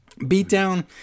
Beatdown